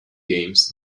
games